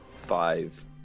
Five